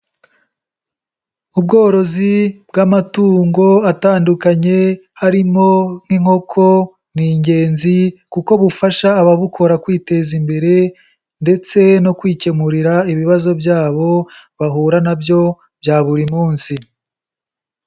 Ubworozi bw'amatungo atandukanye harimo nk'inkoko ni ingenzi kuko bufasha ababukora kwiteza imbere ndetse no kwikemurira ibibazo byabo bahura na byo bya buri munsi.